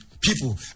people